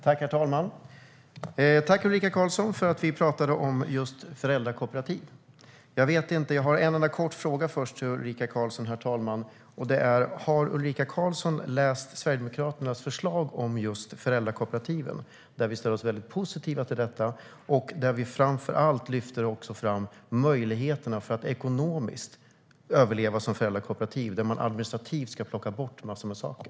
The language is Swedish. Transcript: Herr talman! Tack, Ulrika Carlsson, för att du talade om just föräldrakooperativ! Jag har först en kort fråga till Ulrika Carlsson. Har Ulrika Carlsson läst Sverigedemokraternas förslag om just föräldrakooperativen? Vi ställer oss väldigt positiva till detta, och vi lyfter framför allt fram möjligheterna att ekonomiskt överleva som föräldrakooperativ. Där ska man administrativt plocka bort en massa saker.